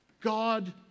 God